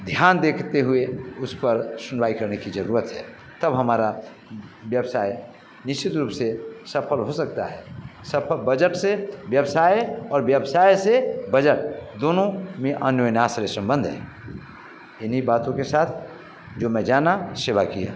ध्यान देते हुए उस पर सुनवाई करने की ज़रूरत है तब हमारा व्यवसाय निश्चित रूप से सफल हो सकता है सफल बजट से व्यवसाय और व्यवसाय से बजट दोनों में अन्वयनाश्राय सम्बन्ध है इन्हीं बातों के साथ जो मैं जान सो बाक़ी है